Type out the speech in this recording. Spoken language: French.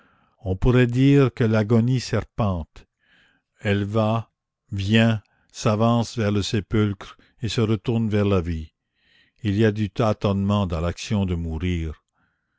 on pourrait dire que l'agonie serpente elle va vient s'avance vers le sépulcre et se retourne vers la vie il y a du tâtonnement dans l'action de mourir